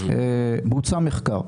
בוצע מחקר.